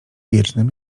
wiecznym